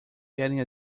getting